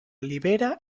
libera